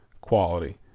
quality